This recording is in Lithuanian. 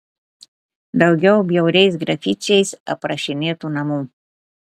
daugiau bjauriais grafičiais aprašinėtų namų